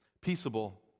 Peaceable